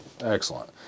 excellent